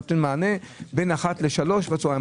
במסגרת הסכם הביניים שנחתם ב-30 ביוני 2022,